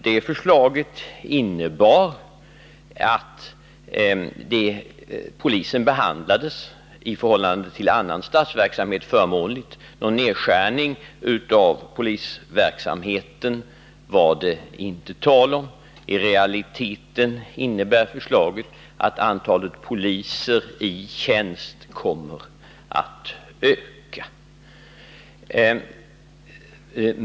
Det förslaget innebar att polisen i förhållande till annan statsverksamhet behandlades förmånligt. Någon nedskärning av polisverksamheten var det inte tal om. I realiteten innebär förslaget att antalet poliser i tjänst kommer att öka.